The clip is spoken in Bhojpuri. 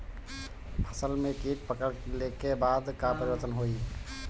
फसल में कीट पकड़ ले के बाद का परिवर्तन होई?